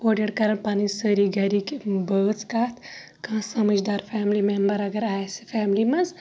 اورٕ یورٕ کَران پَنٕنۍ سٲری گَرٕکۍ بٲژ کَتھ کانٛہہ سَمِجدار فیملی ممبر اگر آسہِ فیملی مَنٛز